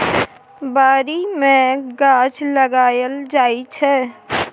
बारी मे गाछ लगाएल जाइ छै